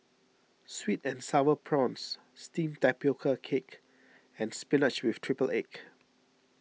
Sweet and Sour Prawns Steamed Tapioca Cake and Spinach with Triple Egg